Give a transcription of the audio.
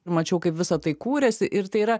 mačiau kaip visa tai kūrėsi ir tai yra